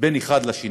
בין אחד לשני,